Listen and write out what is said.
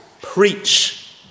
preach